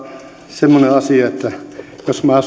semmoinen asia että jos minä